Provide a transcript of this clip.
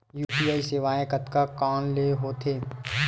UPI सेवाएं कतका कान ले हो थे?